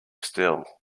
still